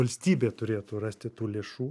valstybė turėtų rasti tų lėšų